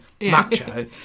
macho